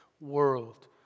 world